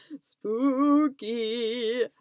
spooky